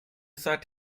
seid